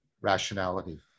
rationality